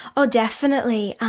oh definitely.